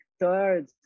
third